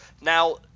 Now